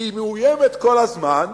שהיא מאוימת כל הזמן,